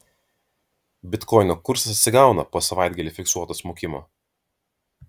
bitkoino kursas atsigauna po savaitgalį fiksuoto smukimo